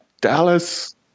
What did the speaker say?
Dallas